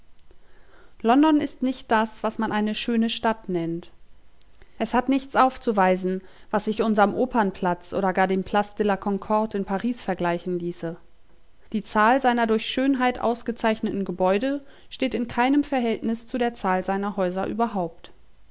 london ist nicht das was man eine schöne stadt nennt es hat nichts aufzuweisen was sich unserm opernplatz oder gar dem place de la concorde in paris vergleichen ließe die zahl seiner durch schönheit ausgezeichneten gebäude steht in keinem verhältnis zu der zahl seiner häuser überhaupt